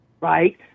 Right